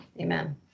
amen